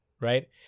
right